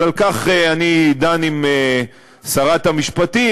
אבל על כך אני דן עם שרת המשפטים.